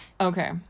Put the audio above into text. Okay